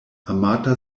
amata